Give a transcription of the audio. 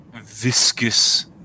viscous